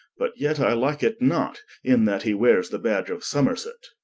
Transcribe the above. but yet i like it not, in that he weares the badge of somerset